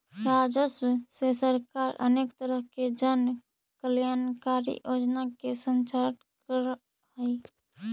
राजस्व से सरकार अनेक तरह के जन कल्याणकारी योजना के संचालन करऽ हई